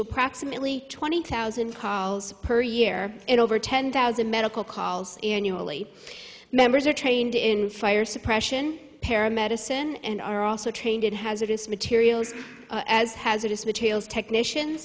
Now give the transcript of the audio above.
approximately twenty thousand calls per year it over ten thousand medical calls annually members are trained in fire suppression para medicine and are also trained in hazardous materials as hazardous materials technicians